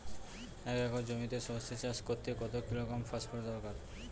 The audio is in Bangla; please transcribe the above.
এক একর জমিতে সরষে চাষ করতে কত কিলোগ্রাম ফসফেট দরকার?